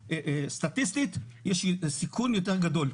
סטטיסטית זה סיכון יותר גדול,